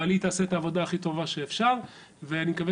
אבל היא תעשה את העבודה הכי טובה שאפשר ואני מקווה